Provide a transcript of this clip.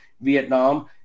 Vietnam